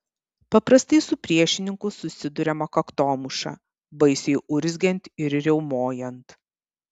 paprastai su priešininku susiduriama kaktomuša baisiai urzgiant ir riaumojant